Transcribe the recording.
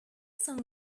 song